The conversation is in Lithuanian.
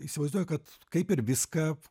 įsivaizduoju kad kaip ir viską